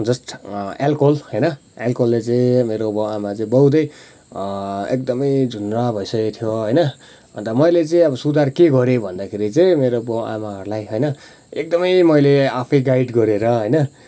just alcohol होइन एलकोहोलले चाहिँ मेरो बाउ आमा चाहिँ बहुतै एकदमै झुन्द्रा भइसकेको थियो होइन मेरो अन्त मैले चाहिँ अब सुधार के गरेँ भन्दाखेरि चाहिँ मेरो बाउ आमाहरूलाई होइन एकदमै मैले आफै गाइड गरेर होइन